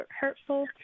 hurtful